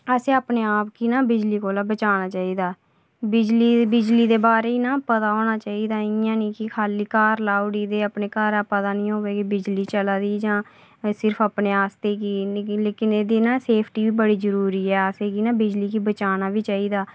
असें अपने आप गी ना बिजली कोला बचाना चाहिदा बिजली बिजली दे बारै ना पता होना चाहिदा 'नेईं कि खाली घर लाई ओड़ी ते अपने घरै दा पता नेईं होऐ कि भाई बिजली चलै दी सिर्फ अपने आस्तै लेकिन एह्दी ना सेफ्टी बी बड़ी जरुरी ऐ असें गी ना बिजली गी बचाना बी चाहिदा